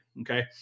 Okay